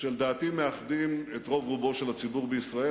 שלדעתי מאחדים את הרוב הגדול של הציבור בישראל,